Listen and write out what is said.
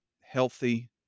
healthy